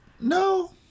no